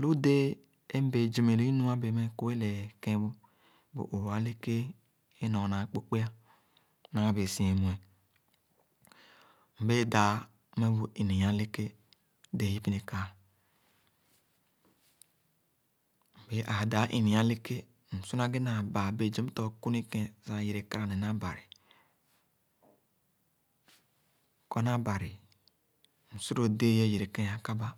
Lu déé é mbẽẽ zumi loi nu abẽẽ meh kue lee kẽn bu õõh eleké é nor na akpokpe ã. Naa bẽẽ sere mhe. Mbẽẽ dãã mmeh bu ini-ii eleké msu na ghe na baa nẽẽ zum tɔh kuniken sah yere kara ne na bari kɔr na bari msu lo déé ã yere kẽẽn aka ba.